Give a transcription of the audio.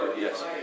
Yes